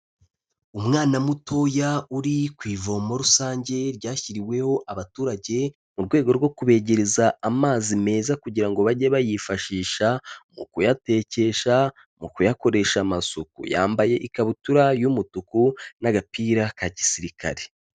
Umwana mutoya uri ku ivomo rusange ryashyiriweho abaturage, mu rwego rwo kubegereza amazi meza kugira ngo bage bayifashisha mu kuyatekesha, mu kuyakoresha amasuku, yambaye ikabutura y'umutuku n'agapira ka gisirikare.